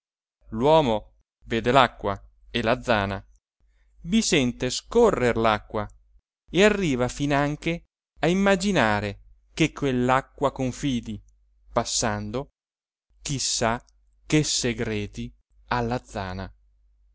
l'uomo vede l'acqua e la zana vi sente scorrer l'acqua e arriva finanche a immaginare che quell'acqua confidi passando chi sa che segreti alla zana